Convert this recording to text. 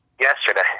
yesterday